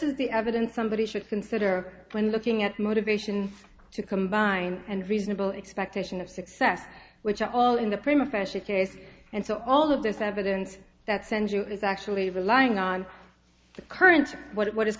is the evidence somebody should consider when looking at motivations to combine and reasonable expectation of success which are all in the prima facie case and so all of this evidence that send you is actually relying on the current what